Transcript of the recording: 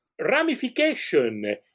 ramification